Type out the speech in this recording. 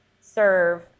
serve